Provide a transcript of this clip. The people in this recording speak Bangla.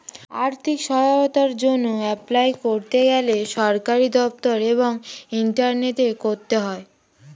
আর্থিক সহায়তার জন্যে এপলাই করতে গেলে সরকারি দপ্তর এবং ইন্টারনেটে করতে হয়